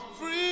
free